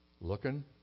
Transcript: looking